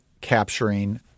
capturing